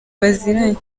baziranye